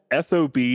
sob